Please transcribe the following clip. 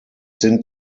sind